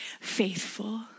faithful